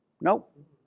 Nope